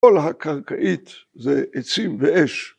‫כל הקרקעית זה עצים ואש.